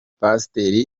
pasiteri